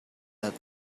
that